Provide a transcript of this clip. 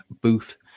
Booth